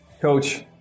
Coach